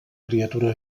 criatura